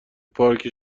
پارک